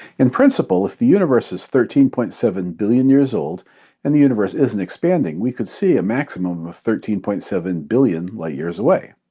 in principle, if the universe is thirteen point seven billion years old and if the universe isn't expanding, we could see a maximum of thirteen point seven billion light years away.